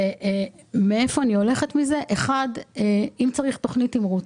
אולי כדאי שנחשוב על תכנית תמרוץ,